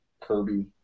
Kirby